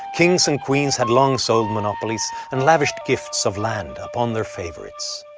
kings and queens had long sold monopolies and lavished gifts of land upon their favorites.